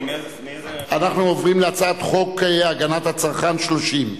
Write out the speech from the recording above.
אנחנו מצביעים על הצעת חוק הודעה לעובד (תנאי עבודה)